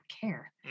care